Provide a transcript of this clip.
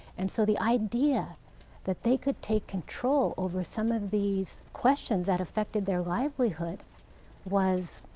and so the idea that they could take control over some of these questions that affected their livelihood was,